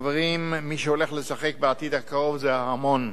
חברים, מי שהולך לשחק בעתיד הקרוב זה ההמון.